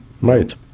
Right